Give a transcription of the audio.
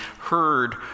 heard